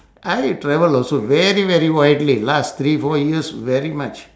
I travel also very very widely last three four years very much